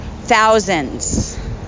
Thousands